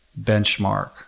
benchmark